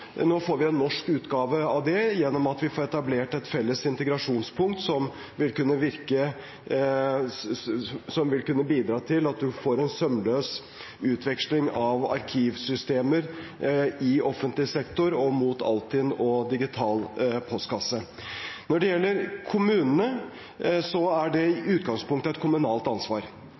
Nå får vi en norsk utgave av det gjennom at vi får etablert et felles integrasjonspunkt som vil kunne bidra til at man får en sømløs utveksling av arkivsystemer i offentlig sektor og mot Altinn og digital postkasse. Når det gjelder kommunene, så er det i utgangspunktet et kommunalt ansvar.